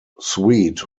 sweet